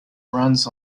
runs